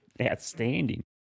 outstanding